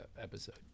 episode